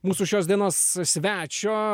mūsų šios dienos svečio